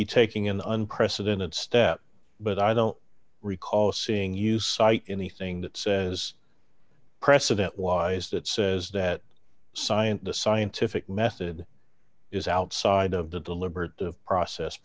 be taking in the unprecedented step but i don't recall seeing you cite anything that says precedent wise that says that science the scientific method is outside of the deliberate process